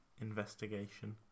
investigation